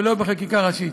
ולא בחקיקה ראשית.